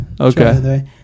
Okay